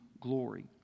glory